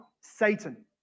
satan